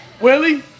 Willie